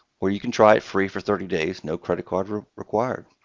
or you can try it free for thirty days, no credit card required.